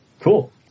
Cool